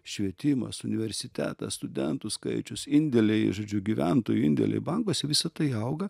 švietimas universitetas studentų skaičius indėliai žodžiu gyventojų indėliai bankuose visa tai auga